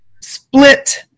split